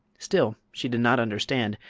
still she did not understand,